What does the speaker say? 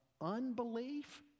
unbelief